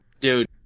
Dude